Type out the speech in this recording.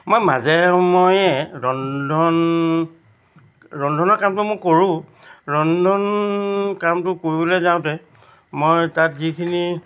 মই মাজে সময়ে ৰন্ধন ৰন্ধনৰ কামটো মই কৰোঁ ৰন্ধন কামটো কৰিবলৈ যাওঁতে মই তাত যিখিনি